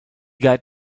got